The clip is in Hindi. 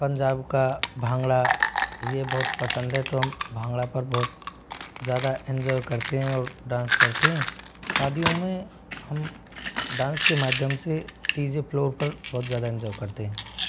पंजाब का भांगड़ा ये बहुत पसंद हैं तो हम भांगड़ा पर बहुत ज्यादा इन्जॉय करते हैं और डान्स करते हैं सादियों में हम डान्स के माध्यम से डी जे फ्लोर पर बहुत ज़्यादा इन्जॉय करते हैं